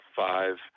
five